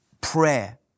prayer